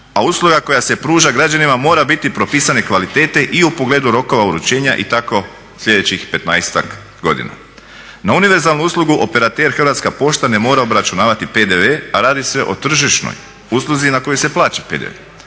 a usluga koja se pruža građanima mora biti propisane kvalitete i u pogledu rokova uručenja i tako sljedećih 15-ak godina. Na univerzalne uslugu operater Hrvatska pošta ne mora obračunavati PDV, a radi se o tržišnoj usluzi na koju se plaća PDV